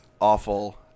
awful